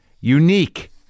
Unique